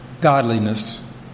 godliness